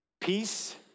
peace